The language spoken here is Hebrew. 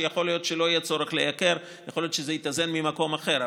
ויכול להיות שלא יהיה צורך לייקר ויכול להיות שזה יתאזן ממקום אחר.